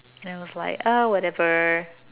and I was like ah whatever